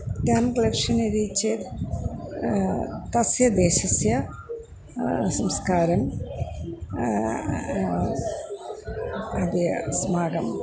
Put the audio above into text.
stamp collection यदि इच्छेत् तस्य देशस्य संस्कारं अद्य अस्माकम्